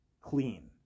clean